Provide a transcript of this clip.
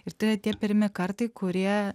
ir tai yra tie pirmi kartai kurie